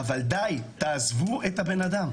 אבל די, תעזבו את בן האדם.